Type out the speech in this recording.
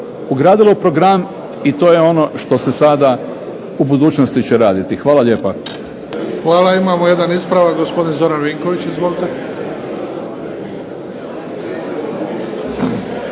ugradila u program i to je ono što će u budućnosti raditi. Hvala lijepa. **Bebić, Luka (HDZ)** Hvala. Imamo jedan ispravak gospodin Zoran Vinković. Izvolite.